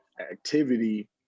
activity